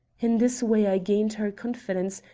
in this way i gained her confidence,